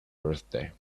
birthday